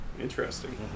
interesting